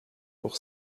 pour